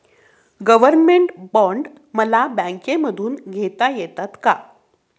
Government bond मला बँकेमधून घेता येतात का?